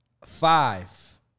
five